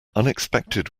unexpected